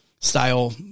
style